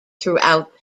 throughout